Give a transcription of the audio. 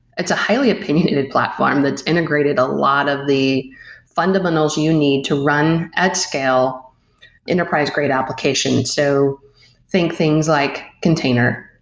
it's a highly opinionated platform that's integrated a lot of the fundamentals you need to run at scale enterprise grade application. so think things like container,